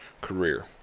career